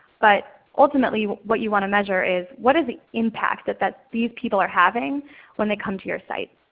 but ultimately, what you want to measure is what is the impact that that these people are having when they come to your site?